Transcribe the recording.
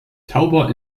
tauber